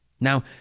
Now